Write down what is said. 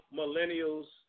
millennials